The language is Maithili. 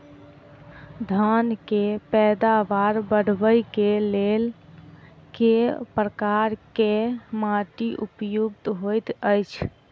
धान केँ पैदावार बढ़बई केँ लेल केँ प्रकार केँ माटि उपयुक्त होइत अछि?